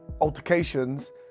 altercations